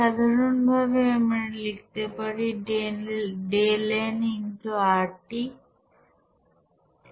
সাধারণভাবে আমরা লিখতে পারি Δn x RT